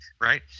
right